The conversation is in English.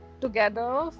together